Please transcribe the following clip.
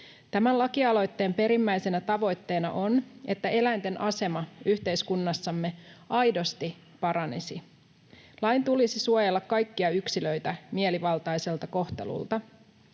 Tämän lakialoitteen perimmäisenä tavoitteena on, että eläinten asema yhteiskunnassamme aidosti paranisi. Lain tulisi suojella kaikkia yksilöitä mielivaltaiselta kohtelulta.